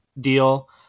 deal